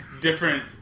different